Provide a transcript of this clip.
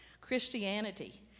Christianity